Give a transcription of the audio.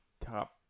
top